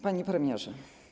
Panie Premierze!